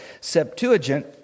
Septuagint